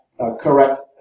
correct